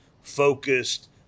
focused